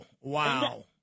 Wow